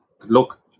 look